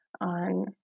on